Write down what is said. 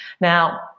Now